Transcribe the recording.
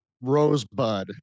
rosebud